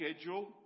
schedule